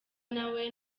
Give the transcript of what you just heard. nawe